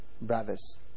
brothers